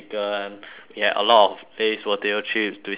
ya a lot of lays potato chip twisties